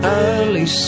early